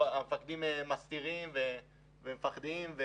המפקדים מסתירים ומפחדים,